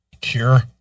cure